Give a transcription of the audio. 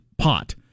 Pot